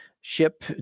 ship